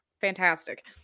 fantastic